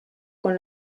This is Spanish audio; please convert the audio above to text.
con